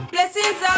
Blessings